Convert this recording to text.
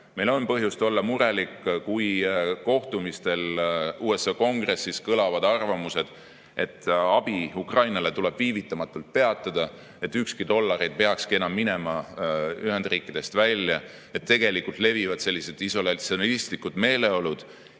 Meil on põhjust olla murelik, kui kohtumistel USA Kongressis kõlavad arvamused, et abi Ukrainale tuleb viivitamatult peatada, et ükski dollar ei peakski enam minema Ühendriikidest välja. Tegelikult levivad sellised isolatsionistlikud meeleolud